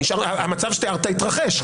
המצב שתיארת התרחש.